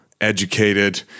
educated